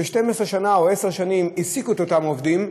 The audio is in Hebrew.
ש-12 שנה או עשר שנים העסיקה את אותם עובדים,